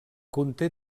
conté